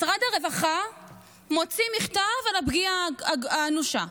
משרד הרווחה מוציא מכתב על הפגיעה האנושה,